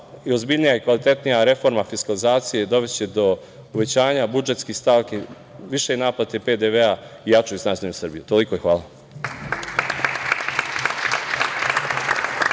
ozbiljnija i kvalitetnija reforma fiskalizacije dovešće do uvećanja budžetskih stavki, više naplate PDV-a i jaču i snažniju Srbiju. Toliko. Hvala.